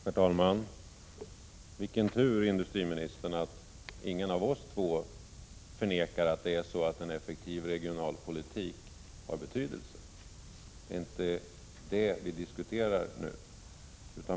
Herr talman! Vilken tur, industriministern, att ingen av oss två förnekar att en effektiv regionalpolitik har betydelse! Men det är inte det vi diskuterar nu.